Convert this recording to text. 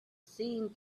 seen